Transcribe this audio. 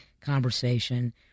conversation